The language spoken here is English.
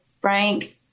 frank